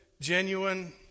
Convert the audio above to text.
genuine